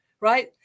right